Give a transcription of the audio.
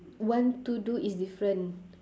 want to do is different